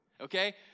okay